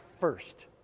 first